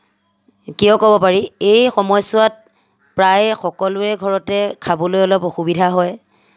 কিয় ক'ব পাৰি এই সময়ছোৱাত প্ৰায় সকলোৰে ঘৰতে খাবলৈ অলপ অসুবিধা হয়